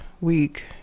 week